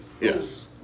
Yes